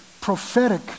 prophetic